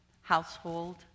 household